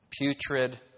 putrid